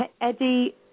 Eddie